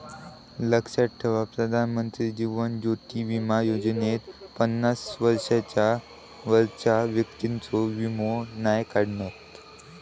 लक्षात ठेवा प्रधानमंत्री जीवन ज्योति बीमा योजनेत पन्नास वर्षांच्या वरच्या व्यक्तिंचो वीमो नाय काढणत